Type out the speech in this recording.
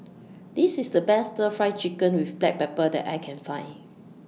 This IS The Best Stir Fry Chicken with Black Pepper that I Can Find